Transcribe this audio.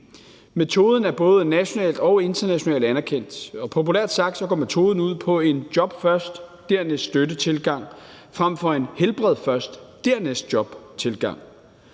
Metoden er både nationalt og internationalt anerkendt. Populært sagt går metoden ud på en job først og dernæst støtte-tilgang frem for en helbred først og dernæst job-tilgang.